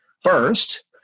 first